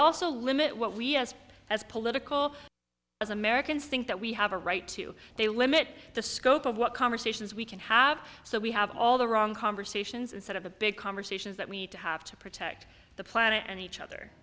also limit what we as as political as americans think that we have a right to they limit the scope of what conversations we can have so we have all the wrong conversations and sort of a big conversations that we need to have to protect the planet and each other